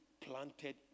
planted